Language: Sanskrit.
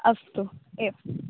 अस्तु एवं